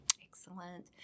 Excellent